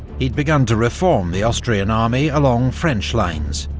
he'd begun to reform the austrian army along french lines,